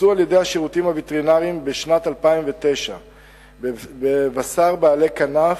בוצעו על-ידי השירותים הווטרינריים בשנת 2009 בבשר בעלי כנף,